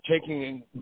taking